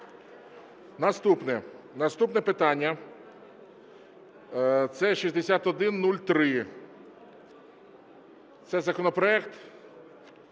Наступне питання – це 6103, це законопроект…